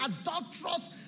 adulterous